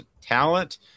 talent